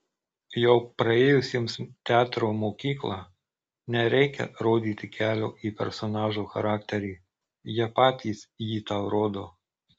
jau praėjusiems teatro mokyklą nereikia rodyti kelio į personažo charakterį jie patys jį tau rodo